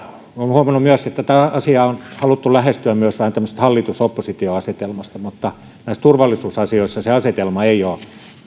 huomannut myös että tätä asiaa on haluttu lähestyä myös vähän tämmöisestä hallitus oppositio asetelmasta mutta näissä turvallisuusasioissa se asetelma ei ole